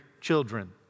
children